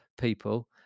people